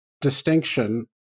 distinction